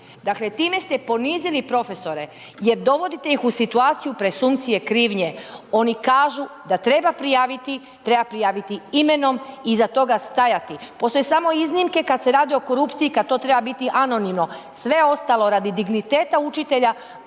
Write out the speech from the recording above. Dakle time ste ponizili profesore jer dovodite ih u situaciju presumpcije krivnje, oni kažu da treba prijaviti, treba prijaviti imenom i iza toga stajati. Postoje samo iznimke kada se radi o korupciji kada to treba biti anonimno, sve ostalo radi digniteta učitelja